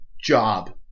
job